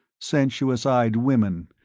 sensuous-eyed women,